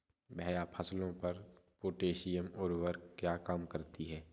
भैया फसलों पर पोटैशियम उर्वरक क्या काम करती है?